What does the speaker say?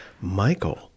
michael